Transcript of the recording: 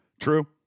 True